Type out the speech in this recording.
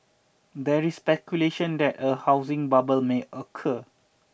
there is speculation that a housing bubble may occur